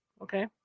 okay